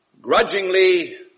Grudgingly